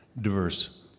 diverse